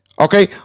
Okay